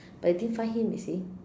but they didn't find him you see